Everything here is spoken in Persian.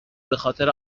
بخاطر